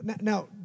Now